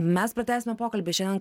mes pratęsime pokalbį šiandien